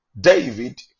David